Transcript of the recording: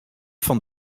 fan